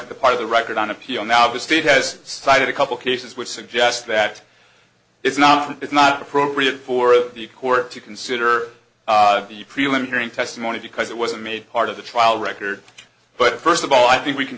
d part of the record on appeal now the state has cited a couple cases which suggest that it's not it's not appropriate for the court to consider the prelim hearing testimony because it wasn't made part of the trial record but first of all i think we can